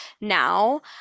now